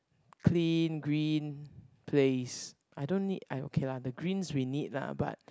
clean green place I don't need I okay lah the greens we need lah but